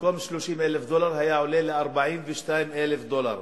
במקום 30,000 דולר היה עולה ל-42,000 דולר.